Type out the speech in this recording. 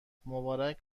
مبارک